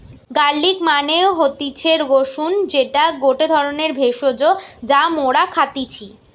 garlic মানে হতিছে রসুন যেটা গটে ধরণের ভেষজ যা মরা খাইতেছি